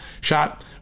shot